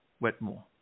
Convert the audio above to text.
Wetmore